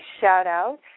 shout-out